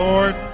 Lord